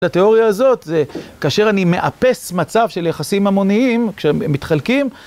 התיאוריה הזאת, זה כאשר אני מאפס מצב של יחסים המוניים כשהם מתחלקים